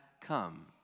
come